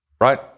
right